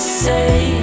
say